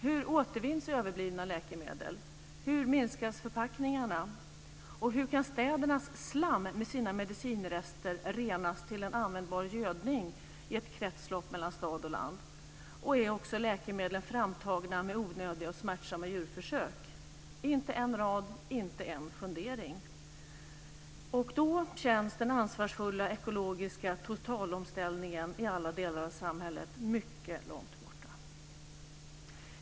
Hur återvinns överblivna läkemedel? Hur minskas förpackningarna? Hur kan städernas slam med sina medicinrester renas till en användbar gödning i ett kretslopp mellan stad och land? Och är läkemedlen framtagna med onödiga och smärtsamma djurförsök? Det finns inte en rad och inte en fundering. Då känns den ansvarsfulla ekologiska totalomställningen i alla delar av samhället mycket långt borta.